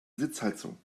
sitzheizung